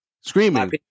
screaming